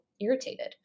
irritated